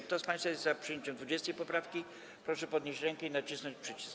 Kto z państwa jest za przyjęciem 20. poprawki, proszę podnieść rękę i nacisnąć przycisk.